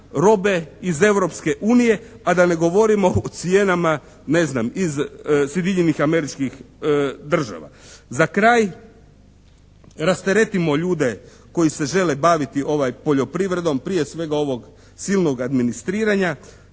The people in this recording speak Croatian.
robe iz Europske unije, a da ne govorimo o cijenama iz Sjedinjenih Američkih Država. Za kraj, rasteretimo ljude koji se žele baviti poljoprivredom prije svega ovog silnog administriranja,